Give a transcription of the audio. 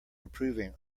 improving